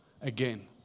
again